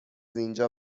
اینجا